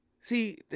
See